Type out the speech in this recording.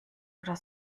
oder